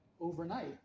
overnight